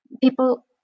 People